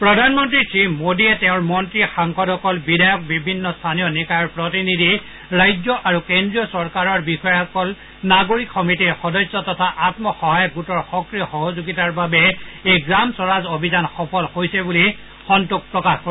প্ৰধানমন্ত্ৰী শ্ৰীমোদীয়ে তেওঁৰ মন্ত্ৰী সাংসদসকল বিধায়ক বিভিন্ন স্থনীয় নিকায়ৰ প্ৰতিনিধি ৰাজ্য আৰু কেন্দ্ৰীয় চৰকাৰৰ বিষয়াসকল নাগৰিক সমিতিৰ সদস্য তথা আম্মসহায়ক গোটৰ সক্ৰিয় সহযোগিতাৰ বাবে এই গ্ৰাম স্বৰাজ অভিযান সফল হৈছে বুলি সন্তোষ প্ৰকাশ কৰে